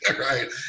right